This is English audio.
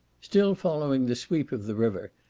still following the sweep of the river,